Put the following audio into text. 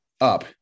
up